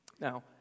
Now